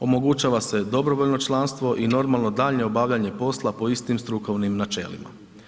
Omogućava se dobrovoljno članstvo i normalno daljnje obavljanje posla po istim strukovnim načelima.